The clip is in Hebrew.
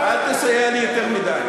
אל תסייע לי יותר מדי,